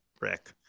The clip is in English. Rick